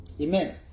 Amen